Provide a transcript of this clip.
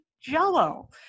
jello